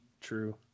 True